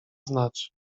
znać